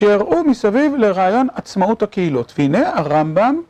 שיראו מסביב לרעיון עצמאות הקהילות והנה הרמב״ם,